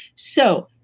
so,